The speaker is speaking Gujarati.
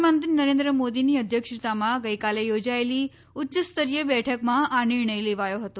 પ્રધાનમંત્રી નરેન્દ્ર મોદીની અધ્યક્ષતામાં ગઈકાલે યોજાયેલી ઉચ્ય સ્તરીય બેઠકમાં આ નિર્ણય લેવાયો હતો